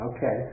Okay